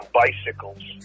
bicycles